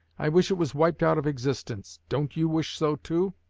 i wish it was wiped out of existence. don't you wish so too?